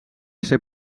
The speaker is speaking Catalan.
ser